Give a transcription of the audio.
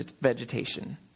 vegetation